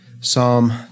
Psalm